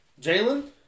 Jalen